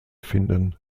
finden